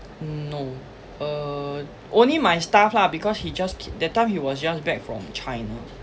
no uh only my staff lah because he just that time he was just back from China